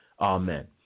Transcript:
Amen